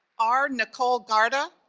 r. nicole gharda.